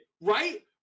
right